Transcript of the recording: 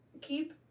keep